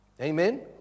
Amen